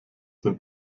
den